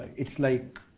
it's like